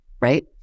right